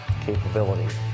capability